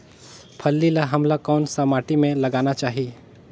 फल्ली ल हमला कौन सा माटी मे लगाना चाही?